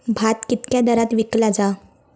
भात कित्क्या दरात विकला जा?